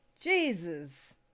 Jesus